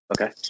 Okay